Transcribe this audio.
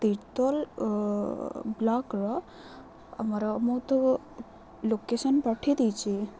ତୀର୍ତୋଲ ବ୍ଲକର ଆମର ମୁଁ ତ ଲୋକେସନ୍ ପଠାଇ ଦେଇଛିି